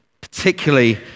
particularly